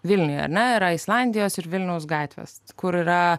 vilniuj ar ne yra islandijos ir vilniaus gatvės kur yra